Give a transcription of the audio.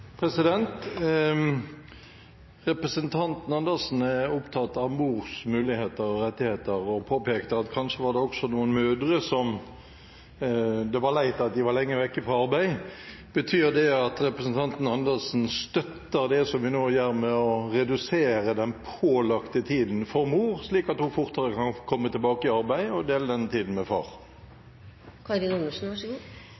opptatt av mors muligheter og rettigheter, og påpekte at det kanskje også for noen mødre var leit at de var lenge vekk fra arbeid. Betyr det at representanten Andersen støtter det som vi nå gjør, ved å redusere den pålagte tiden for mor, slik at hun fortere kan komme tilbake i arbeid og dele den tiden med